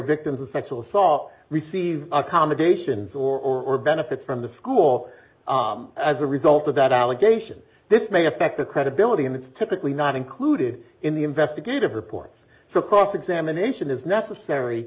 victims of sexual assault receive accommodations or benefits from the school as a result of that allegation this may affect the credibility and it's typically not included in the investigative reports so cross examination is necessary